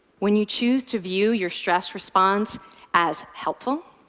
when you choose to view your stress response as helpful,